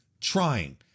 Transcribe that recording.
trying